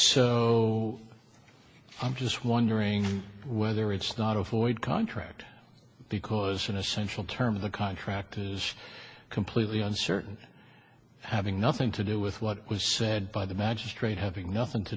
so i'm just wondering whether it's not a void contract because an essential term of the contract is completely uncertain having nothing to do with what was said by the magistrate having nothing to